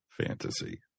fantasy